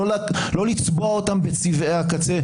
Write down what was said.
לא לצבוע אותם בצבעי הקצה,